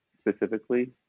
specifically